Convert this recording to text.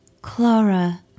Clara